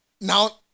now